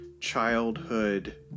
childhood